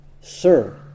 Sir